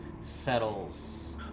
settles